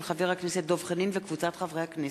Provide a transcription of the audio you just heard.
של חבר הכנסת דב חנין וקבוצת חברי הכנסת,